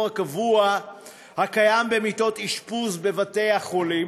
הקבוע הקיים במיטות אשפוז בבתי-החולים,